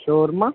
شورما